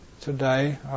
Today